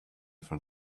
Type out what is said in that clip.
for